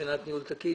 מבחינת ניהול תקין.